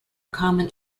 common